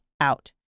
out